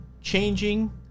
changing